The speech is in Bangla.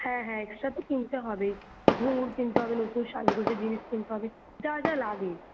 হ্যাঁ হ্যাঁ এক্সট্রা তো কিনতে হবেই ঘুঙুর কিনতে হবে নতুন সাজগোজের জিনিস কিনতে হবে যা যা লাগে